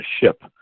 ship